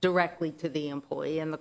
directly to the employee and the